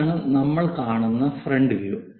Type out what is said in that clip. ഇതാണ് നമ്മൾ കാണുന്ന ഫ്രണ്ട് വ്യൂ